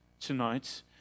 tonight